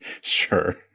sure